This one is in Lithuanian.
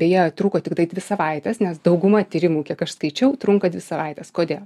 beje trūko tiktai dvi savaites nes dauguma tyrimų kiek aš skaičiau trunka dvi savaites kodėl